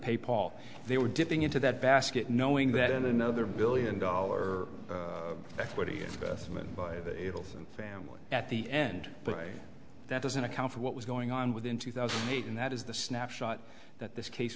pay paul they were dipping into that basket knowing that in another billion dollar equity investment by the family at the end but that doesn't account for what was going on with in two thousand and eight and that is the snapshot that this case